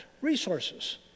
resources